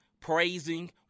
praising